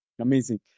Amazing